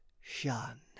shun